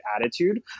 attitude